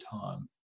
time